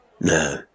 No